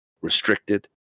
restricted